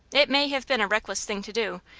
it may have been a reckless thing to do,